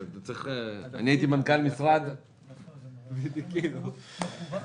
הייתי מנכ"ל משרד ואני מכיר את המערכת.